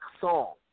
song